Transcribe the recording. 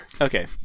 Okay